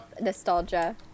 nostalgia